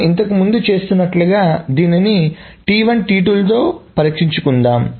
మనము ఇంతకుముందు చేస్తున్నట్లుగానే దీనిని లతో పరీక్షించుకుందాం